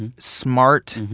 and smart,